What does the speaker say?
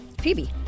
Phoebe